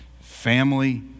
family